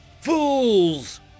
Fools